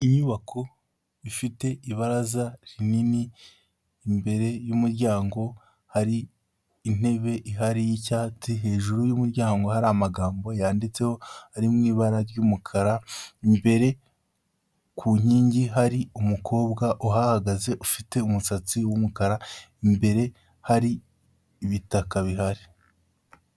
Inyubako ifite ibaraza rinini imbere y'umuryango hari intebe ihari y'icyatsi, hejuru y'umuryango hari amagambo yanditseho ari mu ibara ry'umukara, imbere ku nkingi hari umukobwa uhahagaze ufite umusatsi w'umukara, imbere hari ibitaka bihari.